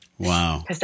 Wow